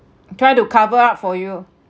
try to cover up for you